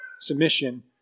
submission